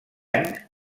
any